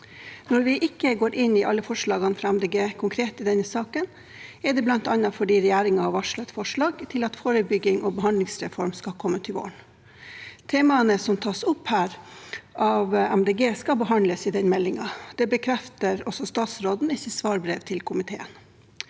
Når vi ikke går inn i alle forslagene fra Miljøpartiet De Grønne konkret i denne saken, er det bl.a. fordi regjeringen har varslet at et forslag til forebyggings- og behandlingsreform skal komme til våren. Temaene som tas opp her av Miljøpartiet De Grønne, skal behandles i den meldingen. Det bekrefter også statsråden i sitt svarbrev til komiteen.